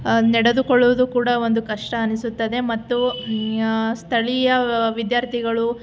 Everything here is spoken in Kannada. ನಡೆದುಕೊಳ್ಳುವುದು ಕೂಡ ಒಂದು ಕಷ್ಟ ಅನ್ನಿಸುತ್ತದೆ ಮತ್ತು ಸ್ಥಳೀಯ ವಿದ್ಯಾರ್ಥಿಗಳು